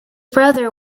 brothers